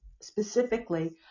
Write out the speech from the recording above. specifically